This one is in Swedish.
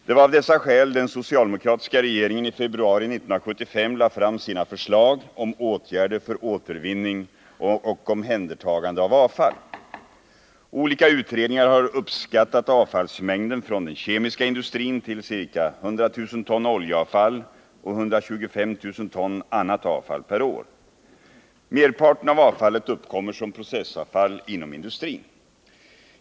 Det var av dessa skäl som den socialdemokratiska regeringen i februari 1975 lade fram sina förslag om åtgärder för återvinning och omhändertagande av avfall. Olika utredningar har uppskattat avfallsmängden från den kemiska industrin till ca 100 000 ton oljeavfall och 125 000 ton annat avfall per år. Merparten av avfallet uppkommer som processavfall inom industrin.